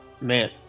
man